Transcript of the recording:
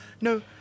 no